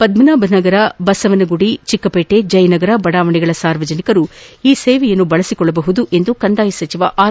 ಪದ್ಧನಾಭಸಗರ ಬಸವನಗುಡಿ ಚಿಕ್ಕಪೇಟೆ ಜಯನಗರ ಬಡಾವಣೆಗಳ ಸಾರ್ವಜನಿಕರು ಈ ಸೇವೆಯನ್ನು ಬಳಸಿಕೊಳ್ಳಬಹುದು ಎಂದು ಕಂದಾಯ ಸಚಿವ ಆರ್